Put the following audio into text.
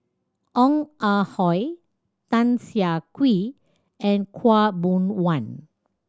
Ong Ah Hoi Tan Siah Kwee and Khaw Boon Wan